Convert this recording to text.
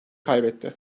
kaybetti